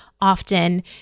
often